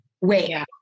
wait